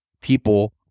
people